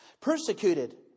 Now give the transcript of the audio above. Persecuted